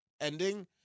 ending